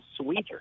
sweeter